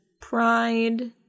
Pride